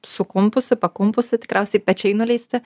sukumpusi pakumpusi tikriausiai pečiai nuleisti